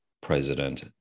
president